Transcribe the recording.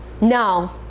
no